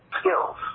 skills